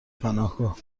پناهگاه